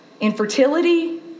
infertility